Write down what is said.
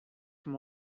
from